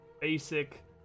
basic